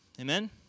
Amen